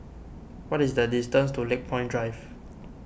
what is the distance to Lakepoint Drive